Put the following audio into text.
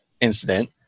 Incident